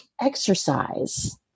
exercise